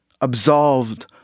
absolved